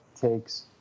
takes